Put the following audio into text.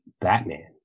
Batman